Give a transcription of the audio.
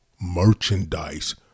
merchandise